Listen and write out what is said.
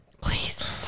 please